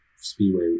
Speedway